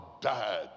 died